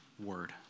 word